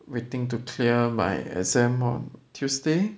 waiting to clear my exam lor tuesday